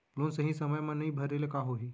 Loan सही समय मा नई भरे ले का होही?